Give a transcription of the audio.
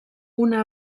una